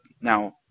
Now